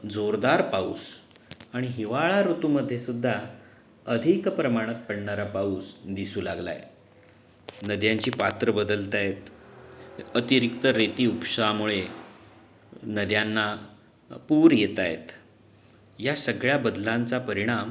जोरदार पाऊस आणि हिवाळा ऋतूमध्ये सुद्धा अधिक प्रमाणात पडणारा पाऊस दिसू लागला आहे नद्यांची पात्रं बदलत आहेत अतिरिक्त रेती उपशामुळे नद्यांना पूर येत आहेत या सगळ्या बदलांचा परिणाम